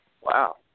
Wow